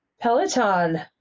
peloton